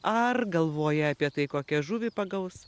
ar galvoja apie tai kokią žuvį pagaus